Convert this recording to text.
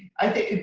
i think,